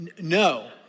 No